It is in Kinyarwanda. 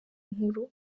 nkuru